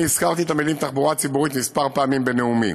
אני הזכרתי את המילים תחבורה ציבורית כמה פעמים בנאומי,